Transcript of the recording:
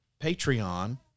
Patreon